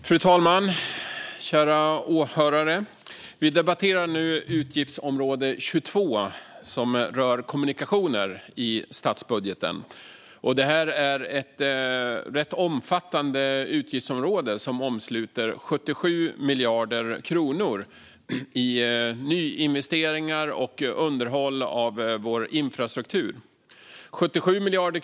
Fru talman och kära åhörare! Vi debatterar nu utgiftsområde 22 i statsbudgeten som rör kommunikationer. Det är ett rätt omfattande utgiftsområde som omfattar 77 miljarder kronor i nyinvesteringar och underhåll av vår infrastruktur.